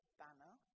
banner